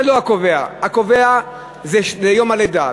זה לא הקובע, הקובע זה יום הלידה.